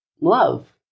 love